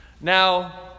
Now